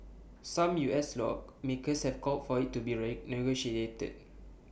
some U S lawmakers have called for IT to be renegotiated